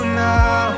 now